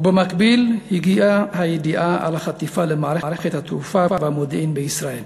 ובמקביל הגיעה הידיעה על החטיפה למערכת התעופה והמודיעין בישראל.